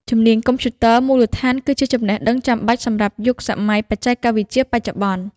ជំនាញកុំព្យូទ័រមូលដ្ឋានគឺជាចំណេះដឹងចាំបាច់សម្រាប់យុគសម័យបច្ចេកវិទ្យាបច្ចុប្បន្ន។